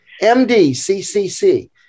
M-D-C-C-C